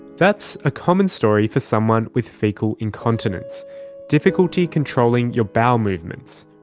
that's a common story for someone with faecal incontinence difficulty controlling your bowel movements.